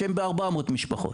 שהם ב-400 משפחות.